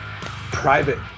private